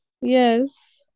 Yes